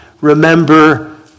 remember